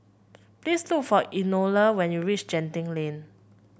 please look for Enola when you reach Genting Lane